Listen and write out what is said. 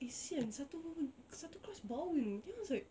eh kasihan satu satu class bau you know then I was like